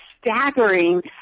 staggering